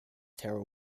tara